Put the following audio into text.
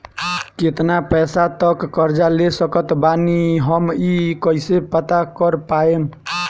केतना पैसा तक कर्जा ले सकत बानी हम ई कइसे पता कर पाएम?